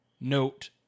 note